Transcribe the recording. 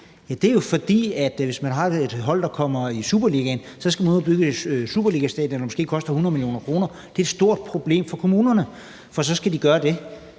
Det er jo, fordi man, hvis man har et hold, der kommer i superligaen, så skal ud at bygge et superligastadion, som måske koster 100 mio. kr. Det er et stort problem for kommunerne, for så skal de gøre det.